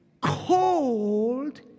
cold